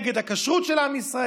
נגד הכשרות של עם ישראל,